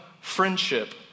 friendship